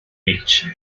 beach